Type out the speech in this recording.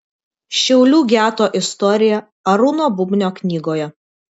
šiaulių geto istorija arūno bubnio knygoje